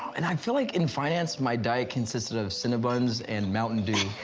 and i feel like, in finance, my diet consisted of cinnabons and mountain dew.